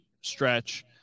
stretch